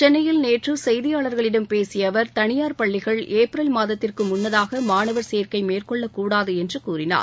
சென்னையில் நேற்று செய்தியாளர்களிடம் பேசிய அவர் தனியார் பள்ளிகள் ஏப்ரல் மாதத்திற்கு முன்னதாக மாணவர் சேர்க்கை மேற்கொள்ளக்கூடாது என்று கூறினார்